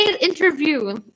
Interview